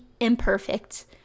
imperfect